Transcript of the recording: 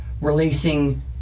releasing